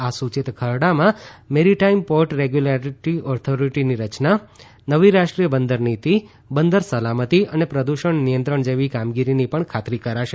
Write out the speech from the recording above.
આ સુચિત ખરડામાં મેરીટાઇમ પોર્ટ રેગ્યુલેટરી ઓથોરીટીને રચના નવી રાષ્ટ્રીય બંદર નીતી બંદર સલામતી અને પ્રદુષણ નિયંત્રણ જેવી કામગીરીની પણ ખાતરી કરાશે